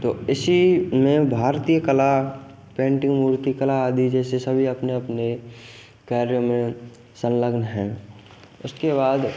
तो इसी में भारतीय कला पेंटिंग मूर्ति कला आदि जैसे सभी अपने अपने कार्य में संलग्न हैं उसके बाद